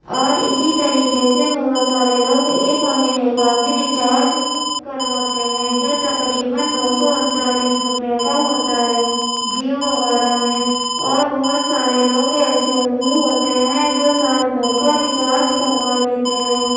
اور اسی طریقے سے بہت سارے لوگ ایک مہینے کا بھی ریچارج کرواتے ہیں جو تقریباً دو سو انتالیس روپیے کا ہوتا ہے جیو وغیرہ میں اور بہت سارے لوگ ایسے بھی ہوتے ہیں جو سال بھر کا ریچارج کروا لیتے ہیں